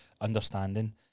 understanding